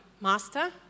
master